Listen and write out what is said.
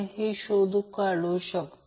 तर दुसरे उदाहरण आहे